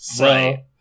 Right